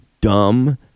dumb